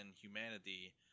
humanity